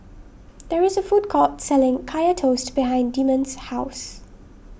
there is a food court selling Kaya Toast behind Demond's house